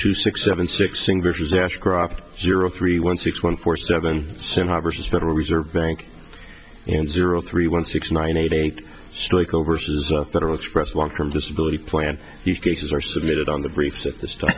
two six seven six fingers ashcroft zero three one six one four seven simha versus federal reserve bank and zero three one six nine eight eight strike over says federal express one term disability plan these cases are submitted on the briefs at th